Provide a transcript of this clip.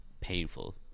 painful